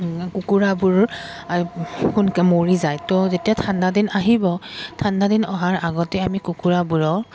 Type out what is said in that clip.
কুকুৰাবোৰ মৰি যায় তো যেতিয়া ঠাণ্ডা দিন আহিব ঠাণ্ডা দিন অহাৰ আগতেই আমি কুকুৰাবোৰক